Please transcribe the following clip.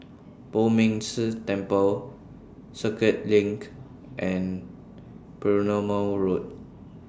Poh Ming Tse Temple Circuit LINK and Perumal Road